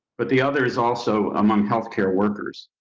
but the other is also among health care workers.